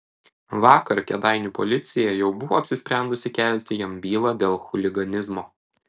vakar kėdainių policija jau buvo apsisprendusi kelti jam bylą dėl chuliganizmo